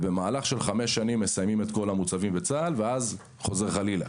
ובמהלך של חמש שנים מסיימים את כל המוצבים בצה"ל ואז חוזר חלילה.